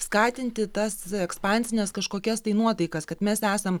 skatinti tas ekspansines kažkokias tai nuotaikas kad mes esam